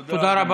תודה,